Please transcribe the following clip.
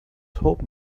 told